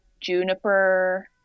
Juniper